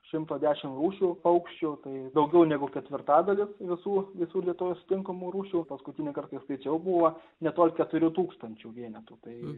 šimto dešim rūšių paukščių tai daugiau negu ketvirtadalis visų visų lietuvos tinkamų rūšių paskutinį kartą kai skaičiau buvo netoli keturių tūkstančių vienetų tai